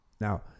Now